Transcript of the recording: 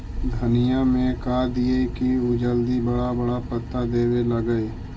धनिया में का दियै कि उ जल्दी बड़ा बड़ा पता देवे लगै?